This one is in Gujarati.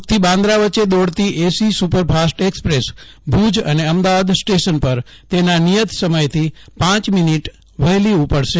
ભુજથી બાન્દ્રા વચ્ચે દોડતી એસી સુપરફાસ્ટ એકસપ્રેસ ભુજ અને અમદાવાદ સ્ટેશન પર તેના નિયત સમયથી પ મિનીટ વહેલી ઉપડશે